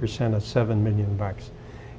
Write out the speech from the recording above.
percent to seven million dollars